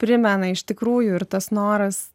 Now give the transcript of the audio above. primena iš tikrųjų ir tas noras